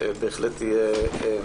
הצעת חוק